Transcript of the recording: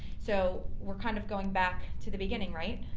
so we're kind of going back to the beginning, right?